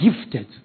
Gifted